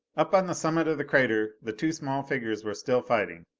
up on the summit of the crater the two small figures were still fighting.